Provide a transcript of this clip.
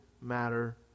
matter